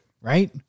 Right